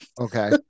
okay